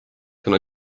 kuna